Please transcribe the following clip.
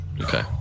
okay